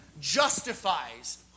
justifies